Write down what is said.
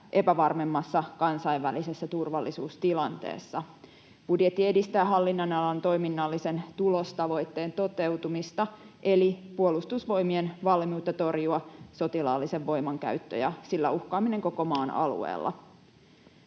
epävarmemmassa kansainvälisessä turvallisuustilanteessa. Budjetti edistää hallin-nonalan toiminnallisen tulostavoitteen toteutumista eli Puolustusvoimien valmiutta torjua sotilaallisen voiman käyttö ja sillä uhkaaminen koko maan alueella.